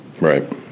Right